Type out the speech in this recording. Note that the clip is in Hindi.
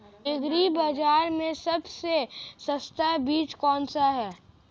एग्री बाज़ार में सबसे सस्ता बीज कौनसा है?